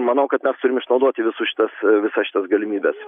manau kad mes turim išnaudoti visus šitas visas šitas galimybes